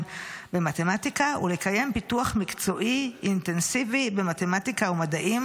במתמטיקה ולקיים פיתוח מקצועי אינטנסיבי במתמטיקה ובמדעים